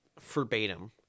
verbatim